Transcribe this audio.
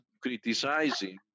criticizing